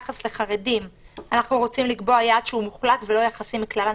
לחרדים אנחנו רוצים לקבוע יחס שהוא מוחלט ולא יחסי מכלל הנקלטים.